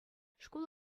шкул